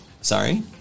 Sorry